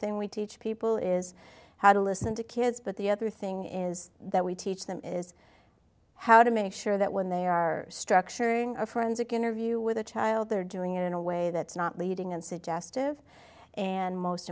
thing we teach people is how to listen to kids but the other thing is that we teach them is how to make sure that when they are structuring a forensic interview with a child they're doing it in a way that's not leading and